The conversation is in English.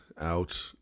out